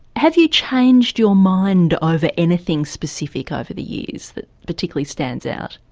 have you changed your mind over anything specific ah over the years that particularly stands out?